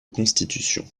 constitutions